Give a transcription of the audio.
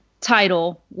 title